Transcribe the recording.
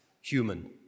human